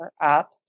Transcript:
up